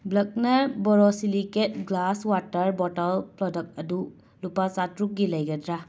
ꯕ꯭ꯂꯛꯅꯔ borosilicate glass water bottle product ꯑꯗꯨ ꯂꯨꯄꯥ ꯆꯥꯇ꯭ꯔꯨꯛꯀꯤ ꯂꯩꯒꯗ꯭ꯔꯥ